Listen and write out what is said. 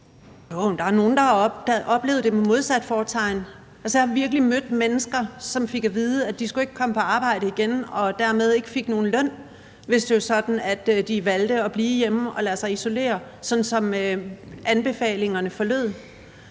der er nogle, der har oplevet det med modsat fortegn. Jeg har mødt mennesker, som fik at vide, at de ikke skulle komme på arbejde igen, og at de dermed ikke fik nogen løn, hvis det var sådan, at de valgte at blive hjemme og lade sig isolere, sådan som anbefalingerne lød.